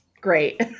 Great